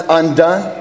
undone